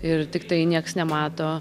ir tiktai nieks nemato